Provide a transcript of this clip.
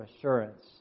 assurance